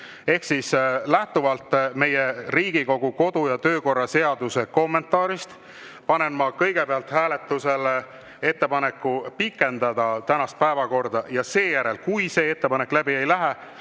Ehk siis lähtuvalt Riigikogu kodu- ja töökorra seaduse kommentaarist panen ma kõigepealt hääletusele ettepaneku pikendada tänast päevakorda ja seejärel, kui see ettepanek läbi ei lähe,